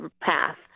path